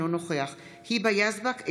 אינו נוכח היבה יזבק,